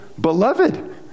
beloved